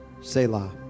Selah